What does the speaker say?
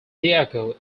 diego